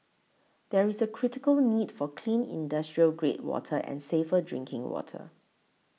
there is a critical need for clean industrial grade water and safer drinking water